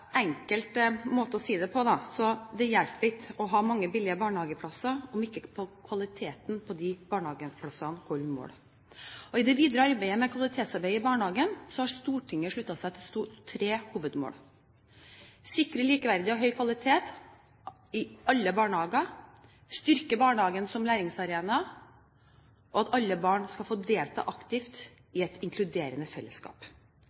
å si det enkelt: Det hjelper ikke å ha billige barnehageplasser om ikke kvaliteten på de barnehageplassene holder mål. I det videre arbeidet med kvalitetsarbeidet i barnehagen har Stortinget sluttet seg til tre hovedmål: sikre likeverdig og høy kvalitet i alle barnehager styrke barnehagen som læringsarena la alle barn få delta aktivt i et inkluderende fellesskap